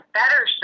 better